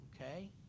okay